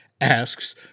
asks